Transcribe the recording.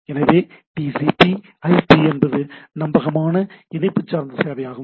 எனவே TCP FTP TCP FTP என்பது நம்பகமான இணைப்பு சார்ந்த சேவை ஆகும்